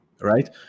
right